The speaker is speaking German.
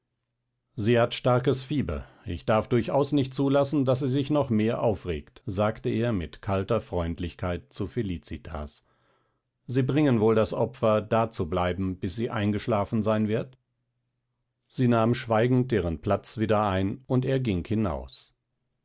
sie hat starkes fieber ich darf durchaus nicht zulassen daß sie sich noch mehr aufregt sagte er mit kalter freundlichkeit zu felicitas sie bringen wohl das opfer dazubleiben bis sie eingeschlafen sein wird sie nahm schweigend ihren platz wieder ein und er ging hinaus